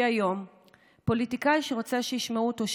כי היום פוליטיקאי שרוצה שישמעו אותו,